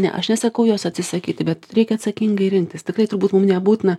ne aš nesakau jos atsisakyti bet reikia atsakingai rinktis tikrai turbūt mum nebūtina